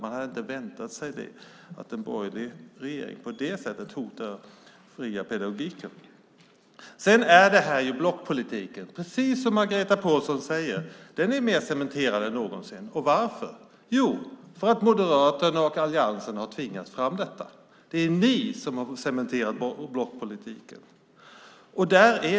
Man hade inte väntat sig att en borgerlig regering på det sättet skulle hota den fria pedagogiken. Detta är blockpolitik, precis som Margareta Pålsson säger. Den är mer cementerad än någonsin. Varför är det så? Jo, för att Moderaterna och alliansen har tvingat fram detta. Det är ni som har cementerat blockpolitiken.